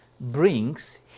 brings